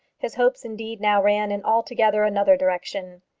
his hopes indeed now ran in altogether another direction.